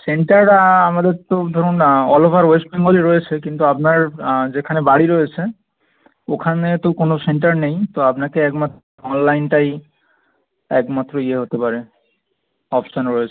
centre আমাদের তো ধরুন অল ওভার ওয়েস্ট বেঙ্গলেই রয়েছে কিন্তু আপনার যেখানে বাড়ি রয়েছে ওখানে তো কোনো সেন্টার নেই তো আপনাকে একমাত্র অনলাইনটাই একমাত্র ইয়ে হতে পারে অপশান রয়েছে